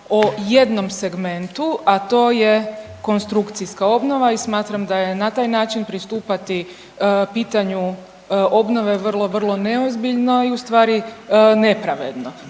o jednom segmentu, a to je konstrukcijska obnova i smatram da je na taj način pristupati pitanju obnove vrlo, vrlo neozbiljno i ustvari nepravedno